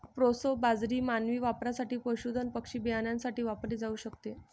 proso बाजरी मानवी वापरासाठी, पशुधन पक्षी बियाण्यासाठी वापरली जाऊ शकते